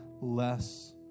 less